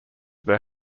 there